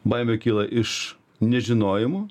baimė kyla iš nežinojimo